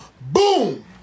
Boom